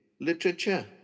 literature